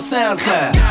SoundCloud